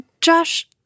Josh